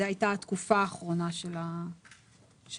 זו הייתה התקופה האחרונה של הטבלאות.